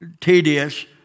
tedious